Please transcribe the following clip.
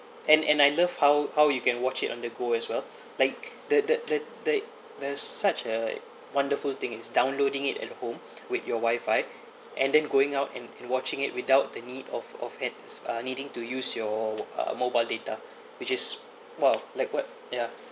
and and I love how how you can watch it on the go as well like the the the the there's such a wonderful thing is downloading it at home with your wifi and then going out and and watching it without the need of of heads uh needing to use your uh mobile data which is !wow! like what yeah